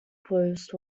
post